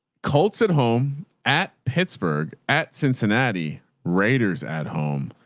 colts at home at pittsburgh at cincinnati raiders at home.